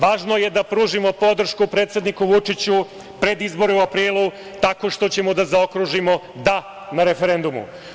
Važno je da pružimo podršku predsedniku Vučiću pred izbore u aprilu tako što ćemo da zaokružimo – da na referendumu.